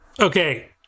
Okay